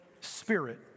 spirit